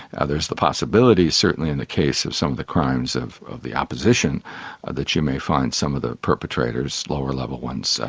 ah there is the possibility, certainly in the case of some of the crimes of of the opposition that you may find some of the perpetrators, lower-level ones,